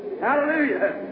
Hallelujah